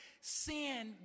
sin